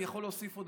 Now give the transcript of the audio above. אני יכול להוסיף עוד,